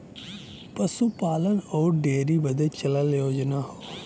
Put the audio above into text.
पसूपालन अउर डेअरी बदे चलल योजना हौ